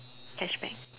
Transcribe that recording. cashback